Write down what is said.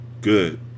Good